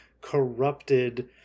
corrupted